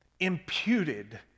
Imputed